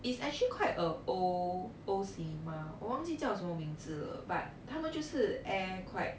it's actually quite a old old cinema 我忘记叫什么名字了 but 他们就是 air quite